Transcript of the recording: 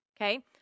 Okay